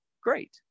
great